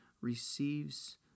receives